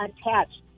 attached